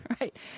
right